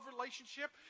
relationship